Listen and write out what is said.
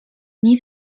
nie